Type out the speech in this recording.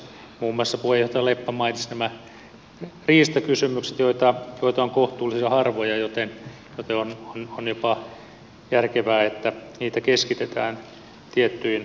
muun muassa puheenjohtaja leppä mainitsi nämä riistakysymykset joita on kohtuullisen harvoja joten on jopa järkevää että niitä keskitetään tiettyihin elimiin